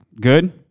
Good